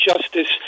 justice